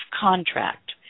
contract